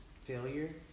failure